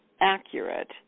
accurate